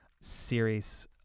series